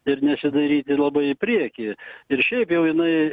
ir nesidairyti labai į priekį ir šiaip jau jinai